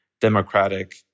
democratic